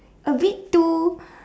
a bit too